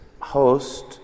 host